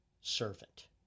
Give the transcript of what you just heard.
servant